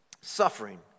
Suffering